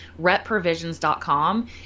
repprovisions.com